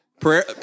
Prayer